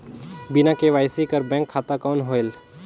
बिना के.वाई.सी कर बैंक खाता कौन होएल?